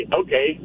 okay